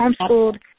homeschooled